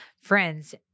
friends